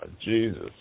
Jesus